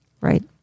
right